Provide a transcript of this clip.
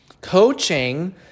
Coaching